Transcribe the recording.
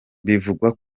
bivugwa